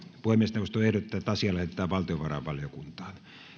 puhemiesneuvosto ehdottaa että asia lähetetään valtiovarainvaliokuntaan